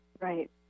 right